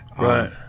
Right